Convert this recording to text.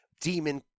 Demon